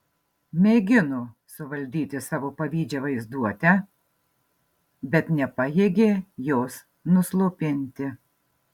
mėgino suvaldyti savo pavydžią vaizduotę bet nepajėgė jos nuslopinti